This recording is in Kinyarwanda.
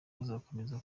bazakomeza